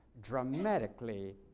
dramatically